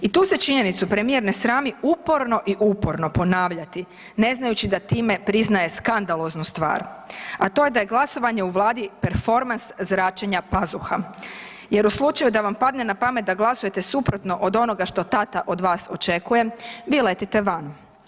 I tu se činjenicu premijer ne srami uporno i uporno ponavljati ne znajući da time priznaje skandaloznu stvar, a to je da je glasovanje u Vladi performans zračenja pazuha jer u slučaju da vam padne na pamet da glasujete od onoga što tata od vas očekuje vi letite van.